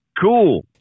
Cool